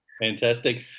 Fantastic